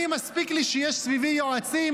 מספיק לי שיש סביבי יועצים,